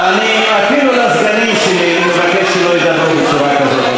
אפילו לסגנים שלי אני מבקש שלא ידברו בצורה כזאת,